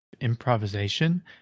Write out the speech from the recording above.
improvisation